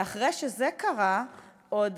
ואחרי שזה קרה עוד